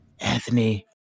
Anthony